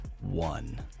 one